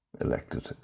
elected